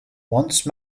once